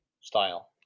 style